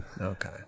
Okay